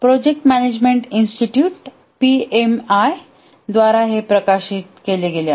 project management institute PMI द्वारा हे प्रकाशित केले गेले आहे